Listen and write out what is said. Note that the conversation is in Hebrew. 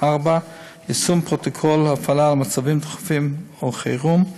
4. יישום פרוטוקול הפעלה למצבים דחופים או למצבי חירום,